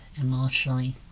emotionally